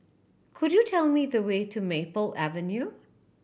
could you tell me the way to Maple Avenue